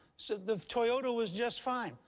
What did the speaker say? so the toyota was just fine.